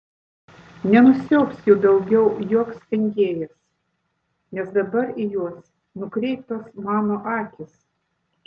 nenusiaubs jų daugiau joks engėjas nes dabar į juos nukreiptos mano akys